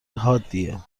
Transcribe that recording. حادیه